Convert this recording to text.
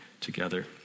together